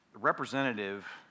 Representative